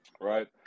Right